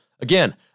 again